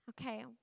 Okay